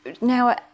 now